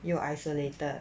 又 isolated